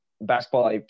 basketball